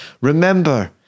remember